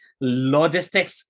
logistics